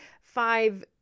five